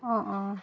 অঁ অঁ